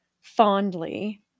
fondly